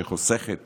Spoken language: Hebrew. שחוסכת